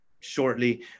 shortly